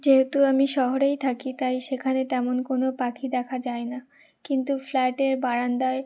যেহেতু আমি শহরেই থাকি তাই সেখানে তেমন কোনো পাখি দেখা যায় না কিন্তু ফ্ল্যাটের বারান্দায়